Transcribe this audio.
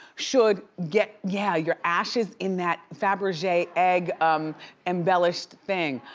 should get yeah your ashes in that faberge egg um embellished thing.